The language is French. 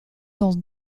dans